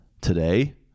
today